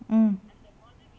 mm